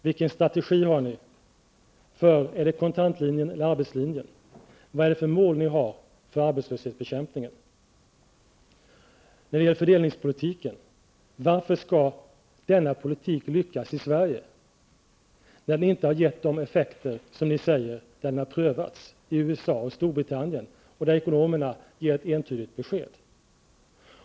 Vilken strategi har ni? Är det kontantlinjen eller arbetslinjen som gäller? Och vad är det för mål ni har för arbetslöshetsbekämpningen? Varför skall denna politik lyckas i Sverige, när den inte har gett de effekter som ni påstår att den har gett när den prövats i USA och i Storbritannien och där ekonomerna ger ett entydigt besked?